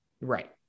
right